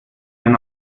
denn